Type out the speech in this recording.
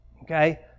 Okay